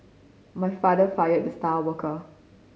my father fired the star worker